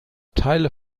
teile